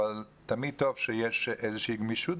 אבל תמיד טוב שיש איזושהי גמישות,